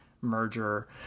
merger